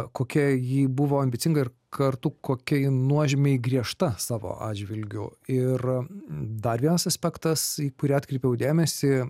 kokia ji buvo ambicinga ir kartu kokia ji nuožmiai griežta savo atžvilgiu ir dar vienas aspektas į kurį atkreipiau dėmesį